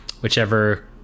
whichever